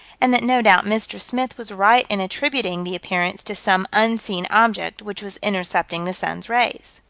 and that no doubt mr. smith was right in attributing the appearance to some unseen object, which was intercepting the sun's rays.